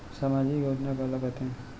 सामाजिक योजना काला कहिथे?